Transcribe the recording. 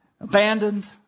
abandoned